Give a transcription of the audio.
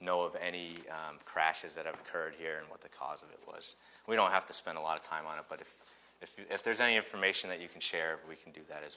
know of any crashes that have occurred here and what the cause of it was we don't have to spend a lot of time on it but if if you if there's any information that you can share we can do that is